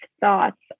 thoughts